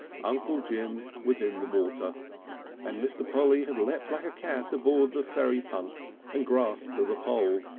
uncle jim was in the water and mr. polly had leapt like a cat aboard the ferry punt and grasped the pole.